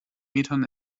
metern